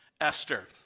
Esther